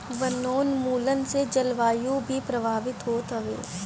वनोंन्मुलन से जलवायु भी प्रभावित होत हवे